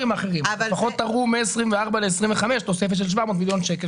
לפחות תראו מ-2024 ל-2025 תוספת של 700 מיליון שקל.